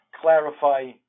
clarify